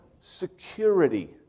security